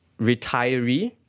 Retiree